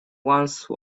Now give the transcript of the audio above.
once